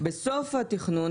בסוף התכנון,